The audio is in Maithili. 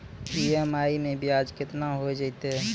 ई.एम.आई मैं ब्याज केतना हो जयतै?